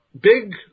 big